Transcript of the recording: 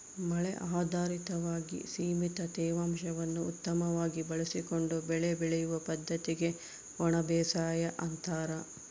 ಮಳೆ ಆಧಾರಿತವಾಗಿ ಸೀಮಿತ ತೇವಾಂಶವನ್ನು ಉತ್ತಮವಾಗಿ ಬಳಸಿಕೊಂಡು ಬೆಳೆ ಬೆಳೆಯುವ ಪದ್ದತಿಗೆ ಒಣಬೇಸಾಯ ಅಂತಾರ